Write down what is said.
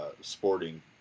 sporting